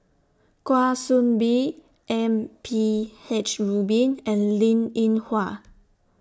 Kwa Soon Bee M P H Rubin and Linn in Hua